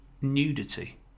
nudity